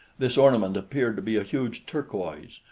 this ornament appeared to be a huge turquoise,